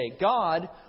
God